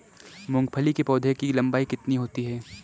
मूंगफली के पौधे की लंबाई कितनी होती है?